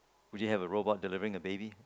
we didn't have a robot delivering a baby